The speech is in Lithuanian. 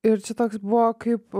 ir čia toks buvo kaip